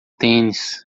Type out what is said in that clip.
tênis